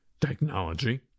technology